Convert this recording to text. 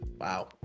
Wow